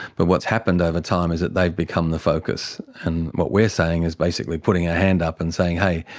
but what's happened over time is that they've become the focus. and what we're saying is basically putting our hand up and saying, hey,